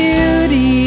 Beauty